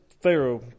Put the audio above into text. Pharaoh